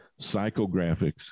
psychographics